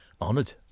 Honoured